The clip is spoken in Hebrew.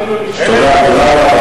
אוקיי.